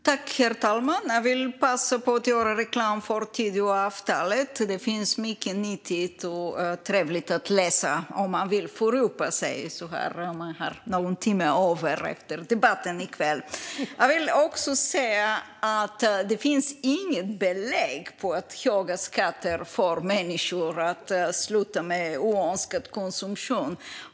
Herr talman! Jag vill passa på att göra reklam för Tidöavtalet. Det finns mycket nyttigt och trevligt att läsa om man vill fördjupa sig om man har någon timme över efter debatten i kväll. Det finns inget belägg för att höga skatter får människor att sluta med oönskad konsumtion.